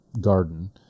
garden